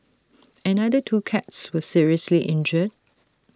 another two cats were seriously injured